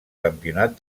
campionat